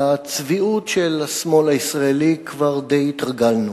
לצביעות של השמאל הישראלי כבר די התרגלנו.